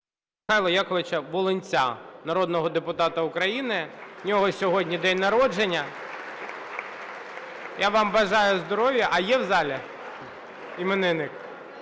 Михайла Яковича Волинця, народного депутата України, у нього сьогодні день народження. (Оплески) Я вам бажаю здоров'я… А є в залі іменинник?